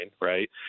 right